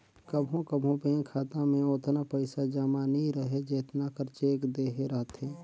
कभों कभों बेंक खाता में ओतना पइसा जमा नी रहें जेतना कर चेक देहे रहथे